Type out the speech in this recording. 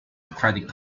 credit